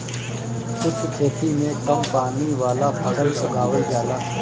शुष्क खेती में कम पानी वाला फसल उगावल जाला